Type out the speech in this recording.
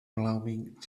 blowing